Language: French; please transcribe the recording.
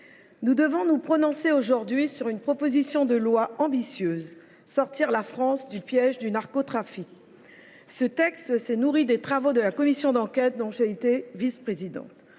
nous devons nous prononcer aujourd’hui sur une proposition de loi à l’intitulé ambitieux :« sortir la France du piège du narcotrafic ». Ce texte s’est nourri des travaux de la commission d’enquête dont j’ai été vice présidente.